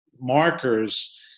markers